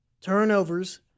turnovers